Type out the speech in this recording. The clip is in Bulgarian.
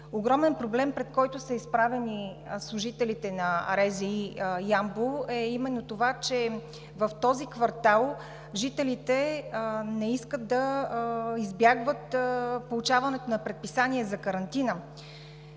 Огромен проблем, пред който са изправени служителите на РЗИ – Ямбол, е именно това, че в този квартал жителите избягват получаването на предписания за карантина